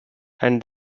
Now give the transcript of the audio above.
and